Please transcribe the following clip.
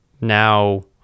now